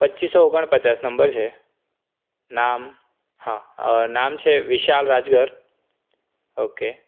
પચીસો ઓગણપચાસ નંબર છે નામ હા નામ છે વિશાલ રાજગર ઓકે